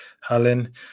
Helen